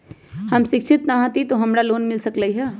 हम शिक्षित न हाति तयो हमरा लोन मिल सकलई ह?